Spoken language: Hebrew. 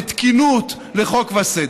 לתקינות, לחוק וסדר?